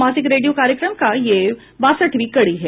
मासिक रेडियो कार्यक्रम की यह बासठवीं कड़ी है